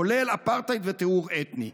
כולל אפרטהייד וטיהור אתני.